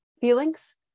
feelings